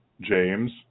James